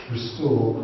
Restore